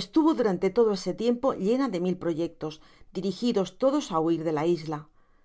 estuvo durante todo ese tiempo llena de mil proyectos dirigidos todos á huir de la isla